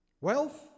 wealth